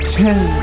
ten